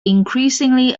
increasingly